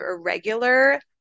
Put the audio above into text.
irregular